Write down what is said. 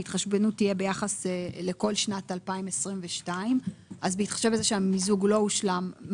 ההתחשבנות תהיה ביחס לכל שנת 2022. בהתחשב בזה שהמיזוג לא הושלם,